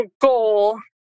goal